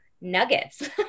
nuggets